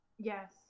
Yes